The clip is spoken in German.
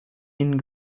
ihnen